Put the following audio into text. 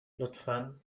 لطفا